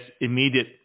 immediate